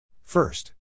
First